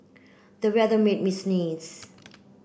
the weather made me sneeze